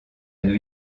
new